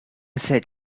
said